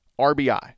RBI